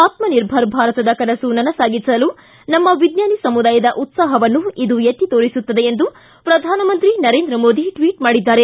ಆತ್ಮಿರ್ಭರ್ ಭಾರತದ ಕನಸು ನನಸಾಗಿಸಲು ನಮ್ಮ ವಿಜ್ಞಾನಿ ಸಮುದಾಯದ ಉತ್ಲಾಹವನ್ನು ಇದು ಎತ್ತಿ ತೋರಿಸುತ್ತದೆ ಎಂದು ಪ್ರಧಾನಮಂತ್ರಿ ನರೇಂದ್ರ ಮೋದಿ ಟ್ವೀಟ್ ಮಾಡಿದ್ದಾರೆ